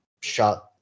shot